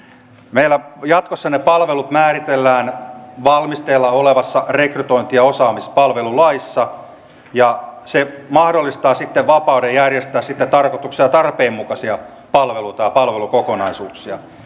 meillä ne palvelut jatkossa määritellään valmisteilla olevassa rekrytointi ja osaamispalvelulaissa ja se mahdollistaa sitten vapauden järjestää tarkoituksen ja tarpeenmukaisia palveluita ja palvelukokonaisuuksia